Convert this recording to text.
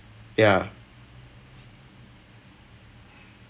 அதே பண்றப்போ:athe pandrapo you know that [one] [one] sound will come you know when you are like